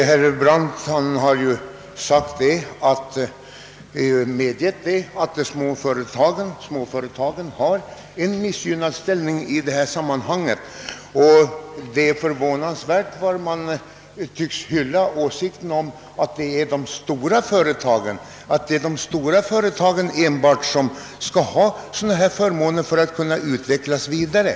Herr talman! Herr Brandt har med 3ivit att småföretagen har en missgynnad ställning. Det är förvånansvärt att man tycks hylla åsikten att enbart de stora företagen skall ha förmåner för att kunna utvecklas vidare.